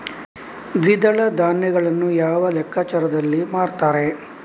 ದ್ವಿದಳ ಧಾನ್ಯಗಳನ್ನು ಯಾವ ಲೆಕ್ಕಾಚಾರದಲ್ಲಿ ಮಾರ್ತಾರೆ?